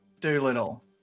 Doolittle